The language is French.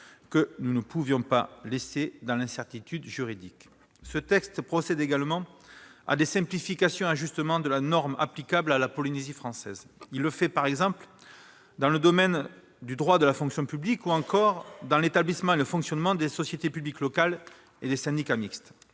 que nous ne pouvions laisser dans l'incertitude juridique. Ce texte procède également à des simplifications et ajustements de la norme applicable à la Polynésie française, pour ce qui concerne, par exemple, le droit de la fonction publique, ou encore l'établissement et le fonctionnement des sociétés publiques locales et des syndicats mixtes.